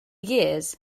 years